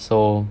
so